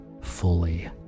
fully